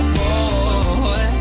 boy